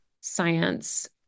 science